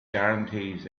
guarantees